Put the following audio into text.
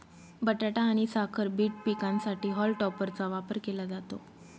बटाटा आणि साखर बीट पिकांसाठी हॉल टॉपरचा वापर केला जातो